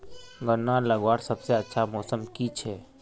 गन्ना लगवार सबसे अच्छा मौसम की छे?